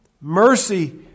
mercy